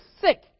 sick